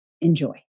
Enjoy